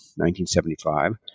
1975